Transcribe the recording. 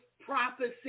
prophecy